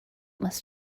must